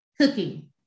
cooking